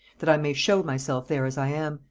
that i may show myself there as i am.